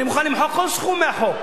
אני מוכן למחוק כל סכום מהחוק.